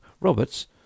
Roberts